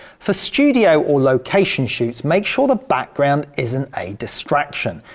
for studio or location shoots make sure the background isn't a distraction,